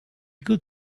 could